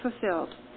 fulfilled